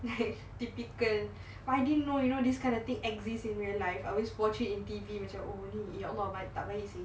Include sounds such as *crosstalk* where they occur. *laughs* typical but I didn't know you know this kind of thing exist in real life I always watch it in T_V macam oh ni ya allah tak baik seh